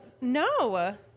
No